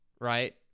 right